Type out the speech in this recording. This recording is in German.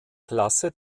klasse